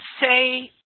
say